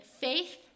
faith